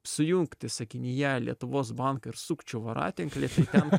sujungti sakinyje lietuvos banką ir sukčių voratinklį tai tenka